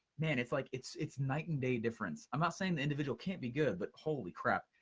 man, it's like, it's it's night and day difference. i'm not saying the individual can't be good, but holy crap,